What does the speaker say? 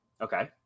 Okay